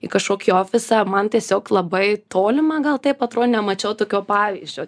į kažkokį ofisą man tiesiog labai tolima gal taip atrodė nemačiau tokio pavyzdžio